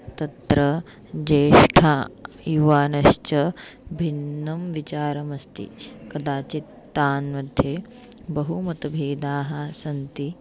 तत्र ज्येष्ठाः युवानश्च भिन्नं विचारमस्ति कदाचित् तान् मध्ये बहु मतभेदाः सन्ति